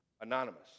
anonymous